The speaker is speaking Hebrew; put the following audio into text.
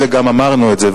וגם אמרנו את זה,